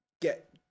get